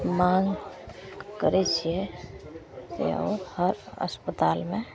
माँग करै छिए जे ओ हर अस्पतालमे